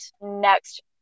next